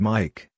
Mike